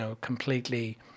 completely